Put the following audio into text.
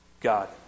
God